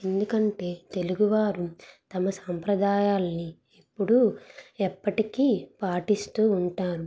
ఎందుకంటే తెలుగువారు తమ సాంప్రదాయాలని ఎప్పుడు ఎప్పటికి పాటిస్తు ఉంటారు